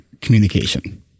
communication